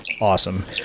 Awesome